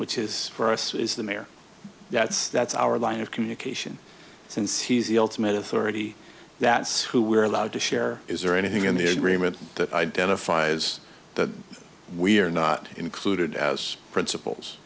which is for us is the mayor that's that's our line of communication since he's the ultimate authority that's who we're allowed to share is there anything in the agreement that identifies that we are not included as principals